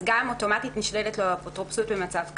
אז גם אוטומטית נשללת לו האפוטרופסות במצב כזה.